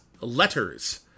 letters